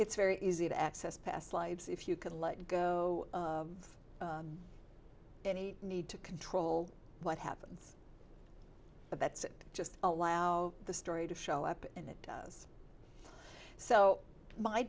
it's very easy to access past lives if you can let go of any need to control what happens but that's just allow the story to show up and it does so my